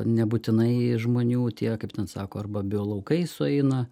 nebūtinai žmonių tiek kaip ten sako arba biolaukai sueina